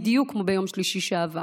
בדיוק כמו ביום שלישי שעבר.